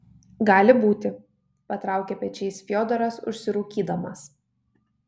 gali būti patraukė pečiais fiodoras užsirūkydamas